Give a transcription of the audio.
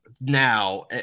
Now